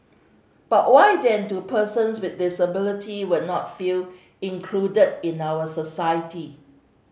but why then do persons with disabilities will not feel included in our society